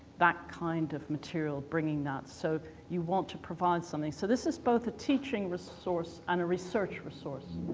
that kind of material bringing that, so you want to provide something. so this is both a teaching resource and a research resource.